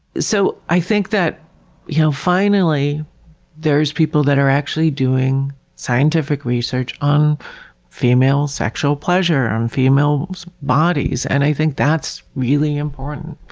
so i think that you know finally there's people that are actually doing scientific research on female sexual pleasure and female bodies, and i think that's really important.